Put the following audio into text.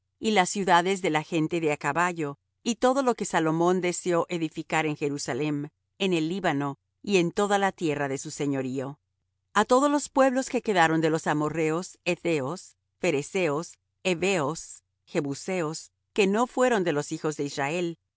y las ciudades de la gente de á caballo y todo lo que salomón deseó edificar en jerusalem en el líbano y en toda la tierra de su señorío a todos los pueblos que quedaron de los amorrheos hetheos pherezeos heveos jebuseos que no fueron de los hijos de israel